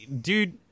dude